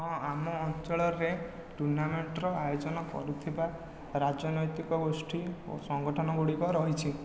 ହଁ ଆମ ଅଞ୍ଚଳରେ ଟୁର୍ଣ୍ଣାମେଣ୍ଟର ଆୟୋଜନ କରୁଥିବା ରାଜନୈତିକ ଗୋଷ୍ଠୀ ଓ ସଂଗଠନ ଗୁଡ଼ିକ ରହିଛି